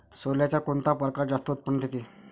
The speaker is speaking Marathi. सोल्याचा कोनता परकार जास्त उत्पन्न देते?